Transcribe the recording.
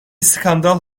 skandal